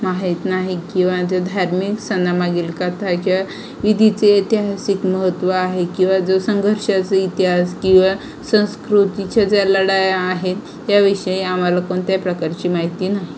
माहीत नाही किंवा जे धार्मिक सणामागील कथा किंवा विधीचे ऐतिहासिक महत्त्व आहे किंवा जो संघर्षाचे इतिहास किंवा संस्कृतीच्या ज्या लढाया आहेत याविषयी आम्हाला कोणत्या प्रकारची माहिती नाही